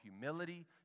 humility